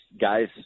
guys